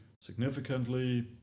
significantly